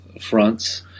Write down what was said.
fronts